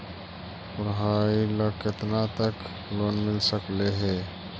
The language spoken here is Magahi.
पढाई ल केतना तक लोन मिल सकले हे?